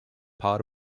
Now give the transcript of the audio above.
part